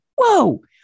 whoa